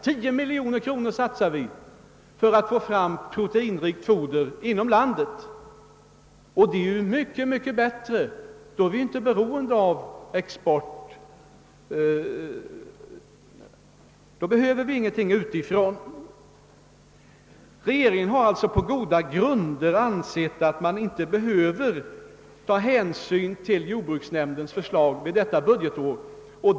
Tio miljoner kronor satsar vi för att få fram proteinrikt foder inom landet, och det är mycket bättre; då behöver vi mindre utifrån. Regeringen har alltså på goda grunder ansett att man inte behöver ta hänsyn till jordbruksnämndens förslag detta budgetår.